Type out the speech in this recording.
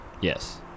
yes